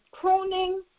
pruning